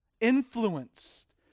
influenced